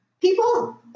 People